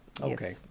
Okay